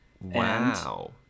Wow